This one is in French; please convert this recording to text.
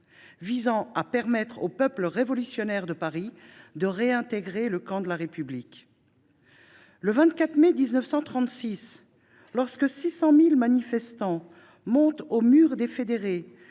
était de permettre au peuple révolutionnaire de Paris de réintégrer le camp de la République. Le 24 mai 1936, lorsque 600 000 manifestants montent au Mur des Fédérés